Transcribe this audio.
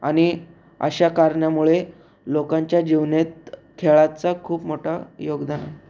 आणि अश्या कारणामुळे लोकांच्या जीवनात खेळाचा खूप मोठा योगदान आहे